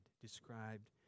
described